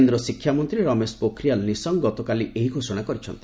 କେନ୍ଦ୍ର ଶିକ୍ଷାମନ୍ତ୍ରୀ ରମେଶ ପୋଖରିଆଲ ନିଶଙ୍କ ଗତକାଲି ଏହି ଘୋଷଣା କରିଛନ୍ତି